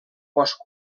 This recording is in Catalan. bosc